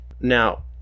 Now